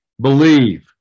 believe